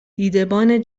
دیدبان